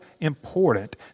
important